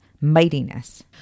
mightiness